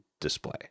display